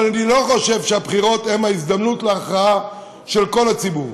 אבל אני לא חושב שהבחירות הן ההזדמנות להכרעה של כל הציבור.